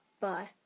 Bye